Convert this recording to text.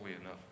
enough